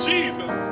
Jesus